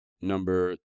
number